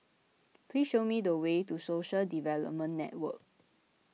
please show me the way to Social Development Network